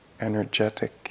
energetic